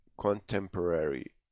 contemporary